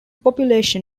population